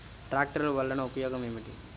ట్రాక్టర్లు వల్లన ఉపయోగం ఏమిటీ?